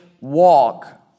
walk